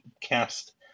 cast